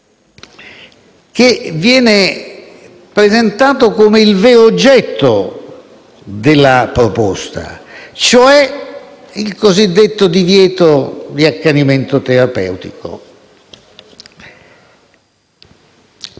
che viene presentato come il vero oggetto della proposta, cioè il cosiddetto divieto di accanimento terapeutico.